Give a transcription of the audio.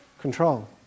Control